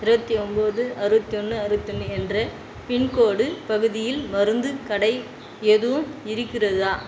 இருபத்தி ஒம்பது அறுபத்தி ஒன்று அறுபத்தி ஒன்று என்று பின்கோடு பகுதியில் மருந்துக் கடை எதுவும் இருக்கிறதா